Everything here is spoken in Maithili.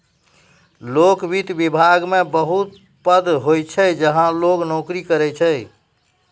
लोक वित्त विभाग मे बहुत पद होय छै जहां लोग नोकरी करै छै